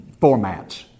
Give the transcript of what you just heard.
formats